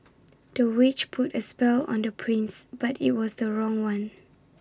the witch put A spell on the prince but IT was the wrong one